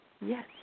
Yes